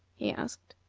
he asked.